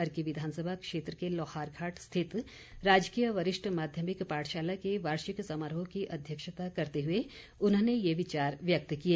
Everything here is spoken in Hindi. अर्की विधानसभा क्षेत्र के लौहारघाट स्थित राजकीय वरिष्ठ माध्यमिक पाठशाला के वार्षिक समारोह की अध्यक्षता करते हए उन्होंने ये विचार व्यक्त किए